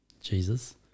jesus